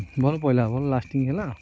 ଭଲ ପଇଲା ଭଲ ଲାଷ୍ଟିଙ୍ଗ୍ ହେଲା